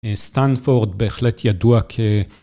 וסטנפורד בהחלט ידוע כ...